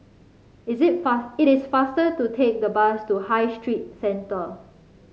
is it it is faster to take the bus to High Street Centre